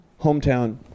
hometown